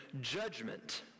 judgment